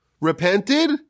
repented